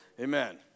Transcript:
Amen